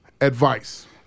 Advice